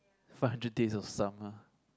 Five-Hundred-Days-of-Summer